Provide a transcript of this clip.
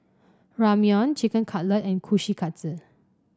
Ramyeon Chicken Cutlet and Kushikatsu